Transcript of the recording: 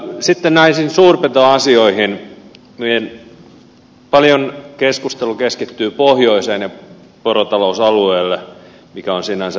sitten näihin suurpetoasioihin niin paljon keskustelu keskittyy pohjoiseen ja porotalousalueelle mikä on sinänsä ymmärrettävää